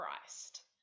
Christ